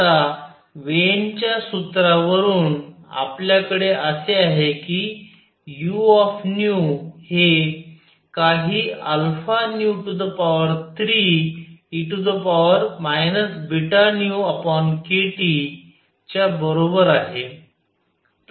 आता वेन्स च्या सूत्रावरून आपल्याकडे असे आहे कि uν हे काही α3e βνkTच्या बरोबर आहे